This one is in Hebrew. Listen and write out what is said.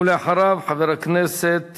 ואחריו, חבר הכנסת